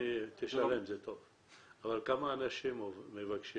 תשלם, זה טוב, אבל כמה אנשים מבקשים